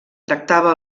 tractava